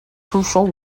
crucial